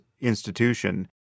institution